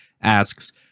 asks